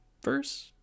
first